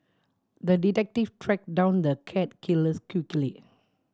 the detective tracked down the cat killers quickly